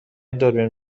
دوربین